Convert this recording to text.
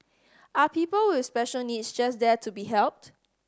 are people with special needs just there to be helped